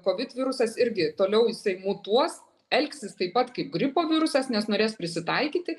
kovid virusas irgi toliau jisai mutuos elgsis taip pat kaip gripo virusas nes norės prisitaikyti